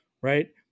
right